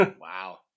Wow